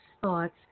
thoughts